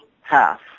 half